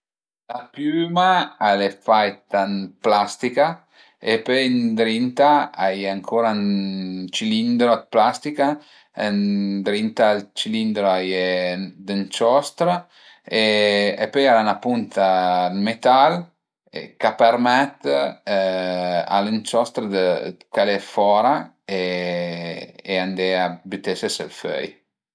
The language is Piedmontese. La piüma al e faita ën plastica e pöi ëndrinta a ie ancura ën cilindro e ëndrinta al cilindro a ie d'ënciostr e pöi al a 'na punta dë metal ch'a permèt a l'ënciostr dë dë calé fora e andé a bütese sël föi